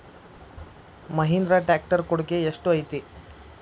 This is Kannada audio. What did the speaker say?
ಮಹಿಂದ್ರಾ ಟ್ಯಾಕ್ಟ್ ರ್ ಕೊಡುಗೆ ಎಷ್ಟು ಐತಿ?